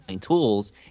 tools